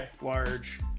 large